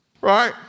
right